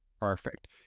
Perfect